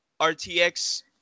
RTX